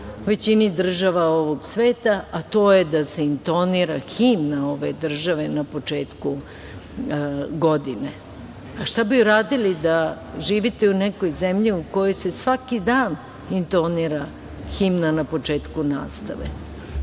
većini država ovog sveta, a to je da se intonira himna ove države na početku godine. Šta bi radili da živite u nekoj zemlji u kojoj se svaki dan intonira himna na početku nastave?